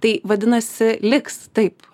tai vadinasi liks taip